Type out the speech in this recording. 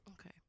Okay